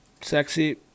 sexy